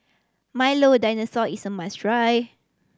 Milo Dinosaur is a must try